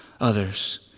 others